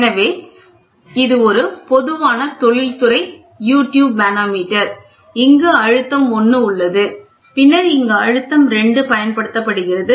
எனவே இது ஒரு பொதுவான தொழில்துறை யு டியூப் மனோமீட்டர் இங்கு அழுத்தம்1 உள்ளது பின்னர் இங்கு அழுத்தம்2 பயன்படுத்தப்படுகிறது